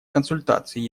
консультации